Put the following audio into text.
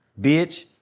bitch